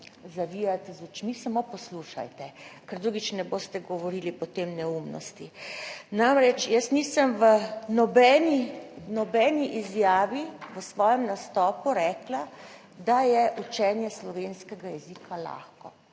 zavijati z očmi, samo poslušajte, ker drugič ne boste govorili potem neumnosti. Namreč jaz nisem v nobeni, nobeni izjavi, v svojem nastopu rekla, da je učenje slovenskega jezika lahko,